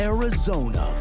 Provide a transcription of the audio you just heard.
Arizona